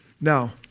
Now